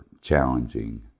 challenging